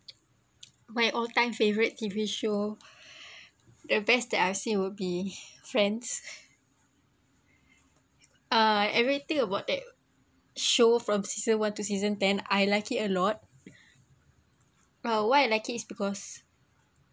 my all time favourite T_V show the best that I see will be friends ah everything about that show from season one to season ten I like it a lot uh why I like it is because